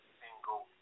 single